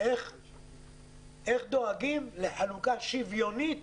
איך דואגים לחלוקה שוויונית